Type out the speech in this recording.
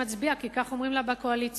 שמצביעה כי כך אומרים לה בקואליציה.